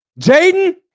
Jaden